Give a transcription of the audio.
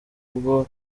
ubwo